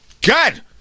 good